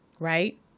right